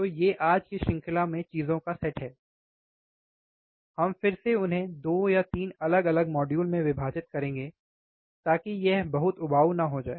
तो ये आज की श्रृंखला में चीजों का सेट है हम फिर से इन्हें 2 या 3 अलग अलग मॉड्यूल में विभाजित करेंगे ताकि यह बहुत उबाऊ न हो जाए